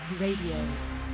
Radio